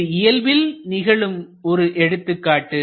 இது இயல்பில் நிகழும் ஒரு எடுத்துக்காட்டு